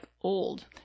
old